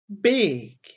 big